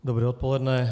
Dobré odpoledne.